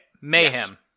Mayhem